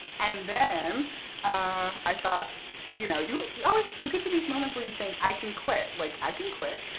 and then i thought you know you you always you get to these moments where you think i can quit. like, i can quit.